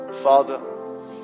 father